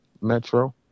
metro